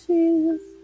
Jesus